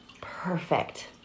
Perfect